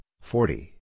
forty